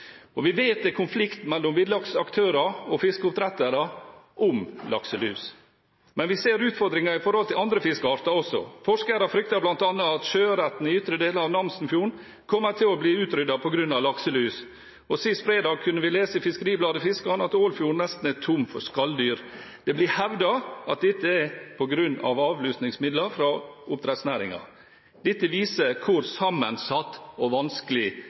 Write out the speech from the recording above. Men vi ser utfordringer med andre fiskearter også. Forskere frykter bl.a. at sjøørreten i ytre deler av Namsenfjorden kommer til å bli utryddet på grunn av lakselus, og sist fredag kunne vi lese i FiskeribladetFiskaren at Ålfjorden nesten er tom for skalldyr. Det blir hevdet at dette er på grunn av avlusningsmidler fra oppdrettsnæringen. Dette viser hvor sammensatt og vanskelig